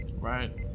Right